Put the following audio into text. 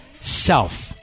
self